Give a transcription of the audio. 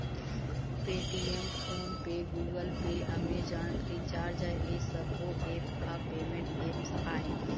Paytm, PhonePe, Google Pay, Amazon, Freecharge ए सब्बो apps ह पेमेंट ऐप्स आय